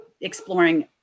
exploring